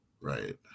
right